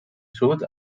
sud